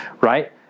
right